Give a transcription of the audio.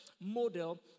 model